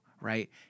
right